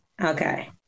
Okay